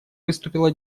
выступила